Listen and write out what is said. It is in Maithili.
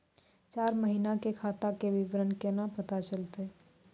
चार महिना के खाता के विवरण केना पता चलतै?